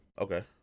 Okay